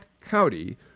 county